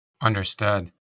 Understood